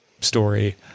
story